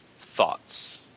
thoughts